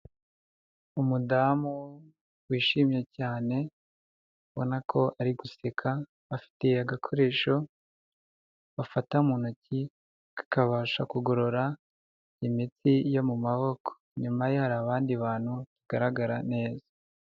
Umudamu wishimye cyane ubona ko ari guseka afiteti agakoresho bafata mu ntoki, kakabasha kugorora imiti yo mu maboko inyuma ye hari abandi bantu bagaragara neza.